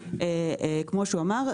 כמו שהוא אמר,